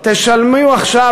תשלמי עכשיו,